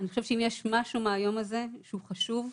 אני חושבת שאם יש משהו מהיום הזה שהוא חשוב,